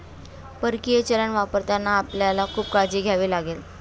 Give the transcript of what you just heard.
परकीय चलन वापरताना आपल्याला खूप काळजी घ्यावी लागेल